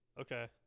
Okay